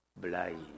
blind